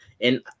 And-